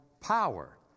power